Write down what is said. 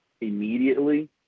immediately